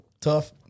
tough